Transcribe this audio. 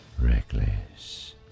reckless